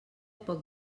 poc